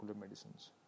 medicines